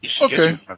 Okay